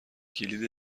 کلید